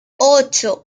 ocho